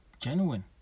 genuine